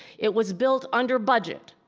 it was built under budget.